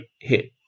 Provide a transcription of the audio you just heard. hit